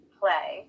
play